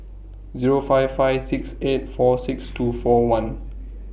Zero five five six eight four six two four one